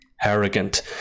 Arrogant